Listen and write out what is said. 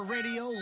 Radio